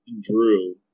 Drew